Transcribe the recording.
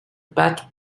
pat